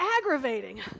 aggravating